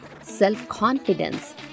self-confidence